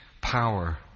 power